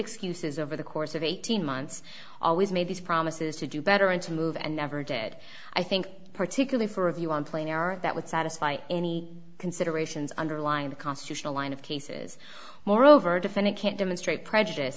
excuses over the course of eighteen months always made these promises to do better and to move and never did i think particularly for a view on player that would satisfy any considerations underlying the constitutional line of cases moreover defendant can't demonstrate prejudice